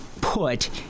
put